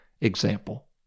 example